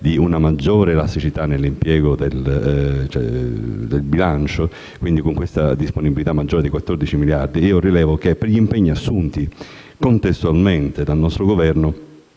di una maggiore elasticità nell'impiego del bilancio e la disponibilità di 14 miliardi in più, rilevo che, per gli impegni assunti contestualmente dal nostro Governo,